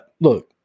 look